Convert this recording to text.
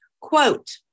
Quote